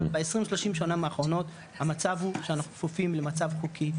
אבל ב-20-30 שנה האחרונות המצב הוא שאנחנו כפופים למצב חוקי,